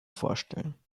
vorstellen